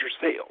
sales